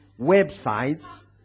websites